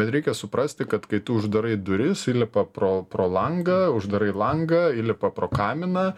bet reikia suprasti kad kai tu uždarai duris įlipa pro pro langą uždarai langą įlipa pro kaminą